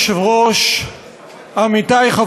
יושב-ראש האופוזיציה ציטט מילה במילה את מה שרצית לשאול.